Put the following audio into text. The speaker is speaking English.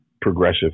progressive